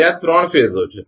ત્યાં 3 ફેઝો છે